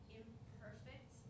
imperfect